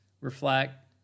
reflect